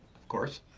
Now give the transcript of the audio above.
of course.